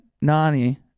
Nani